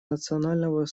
национального